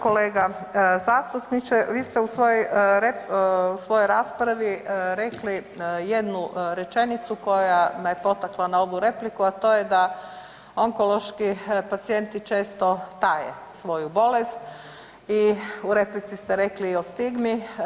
Kolega zastupniče vi ste u svojoj raspravi rekli jednu rečenicu koja me potakla na ovu repliku, a to je da onkološki pacijenti često taje svoju bolest i u replici ste rekli i o stigmi.